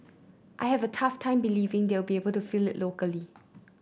I have a tough time believing they'll be able to fill it locally